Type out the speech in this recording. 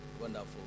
Wonderful